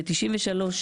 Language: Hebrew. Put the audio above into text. ב-93',